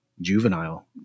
juvenile